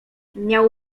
miał